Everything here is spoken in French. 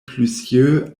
plusieurs